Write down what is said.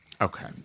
Okay